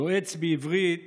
"יועץ" בעברית